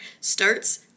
starts